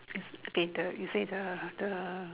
is okay the you say the the